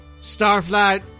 Starflight